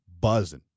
buzzing